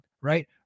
right